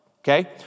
okay